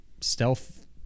stealth